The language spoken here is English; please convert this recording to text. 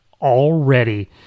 already